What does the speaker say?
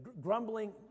grumbling